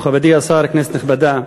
מכובדי השר, כנסת נכבדה,